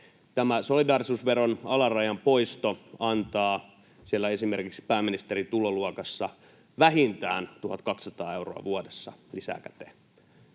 Solidaarisuusveron alarajan poisto antaa esimerkiksi pääministerin tuloluokassa vähintään 1 200 euroa vuodessa lisää käteen.